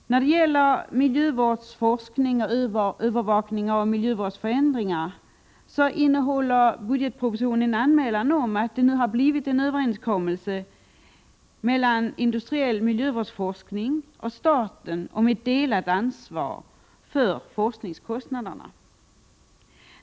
När det gäller miljövårdsforskning och övervakning av miljöförändringar innehåller budgetpropositionen en anmälan om att det nu har träffats en överenskommelse mellan Föreningen för industriell miljövårdsforskning och staten om ett delat ansvar för forskningskostnaderna.